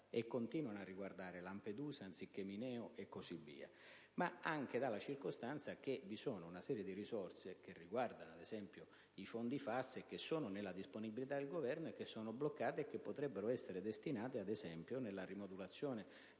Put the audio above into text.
e continuano a riguardare Lampedusa, Mineo e così via. Consideriamo, infatti, che vi è una serie di risorse, quali, ad esempio, i fondi FAS, che sono nella disponibilità del Governo ma che sono bloccate, mentre potrebbero essere destinate, ad esempio, nella rimodulazione